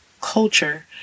culture